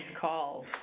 calls